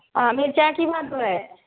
अँ मिरचाइ की भाव देबय